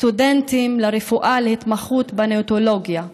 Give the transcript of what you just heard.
סטודנטים לרפואה להתמחות בנאונטולוגיה,